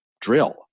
drill